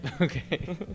Okay